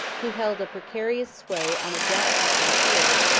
who held a precarious sway on a doubtful frontier,